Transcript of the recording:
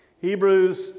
Hebrews